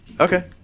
Okay